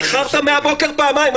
איחרת מהבוקר פעמיים.